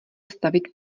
stavit